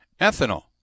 ethanol